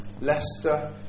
Leicester